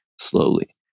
slowly